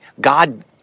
God